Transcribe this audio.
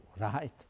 right